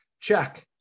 check